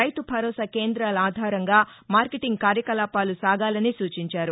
రైతు భరోసా కేంద్రాల ఆధారంగా మార్కెటింగ్ కార్యకలాపాలు సాగాలని సూచించారు